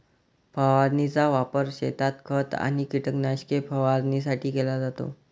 फवारणीचा वापर शेतात खत आणि कीटकनाशके फवारणीसाठी केला जातो